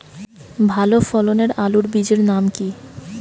ভালো ফলনের আলুর বীজের নাম কি?